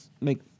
make